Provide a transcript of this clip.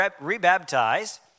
rebaptized